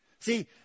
See